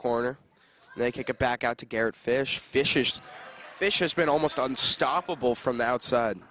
corner they kick it back out to garrett fish fish fish fish has been almost unstoppable from the outside